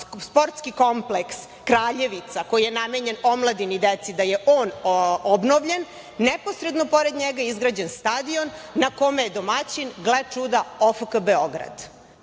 sportski kompleks „Kraljevica“, koji je namenjen omladini i deci, da je on obnovljen, neposredno pored njega je izgrađen stadion na kome je domaćin, gle čuda, OFK Beograd.